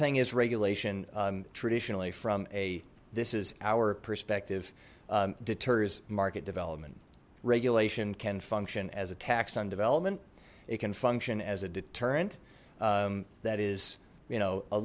thing is regulation traditionally from a this is our perspective deters market development regulation can function as a tax on development it can function as a deterrent that is you know a